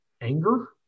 anger